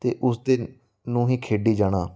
ਅਤੇ ਉਸ ਦੇ ਨੂੰ ਹੀ ਖੇਡੀ ਜਾਣਾ